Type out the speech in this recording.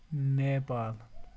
Nepal